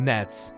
Nets